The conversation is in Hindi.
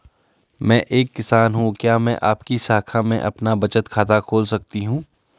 मैं एक किसान हूँ क्या मैं आपकी शाखा में अपना बचत खाता खोल सकती हूँ?